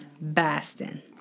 Bastin